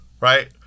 right